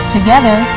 Together